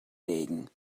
legen